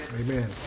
Amen